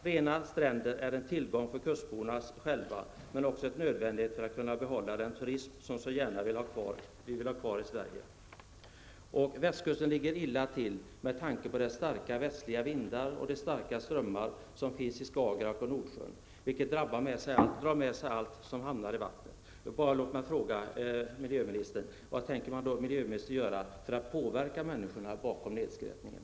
Rena stränder är en tillgång för kustborna själva men också en nödvändighet för att vi skall kunna behålla den turism som vi så gärna vill ha kvar i Västkusten ligger illa till med tanke på de starka västliga vindar och de starka strömmar som finns i Skagerrak och Nordsjön, vilka drar med sig allt som hamnar i vattnet.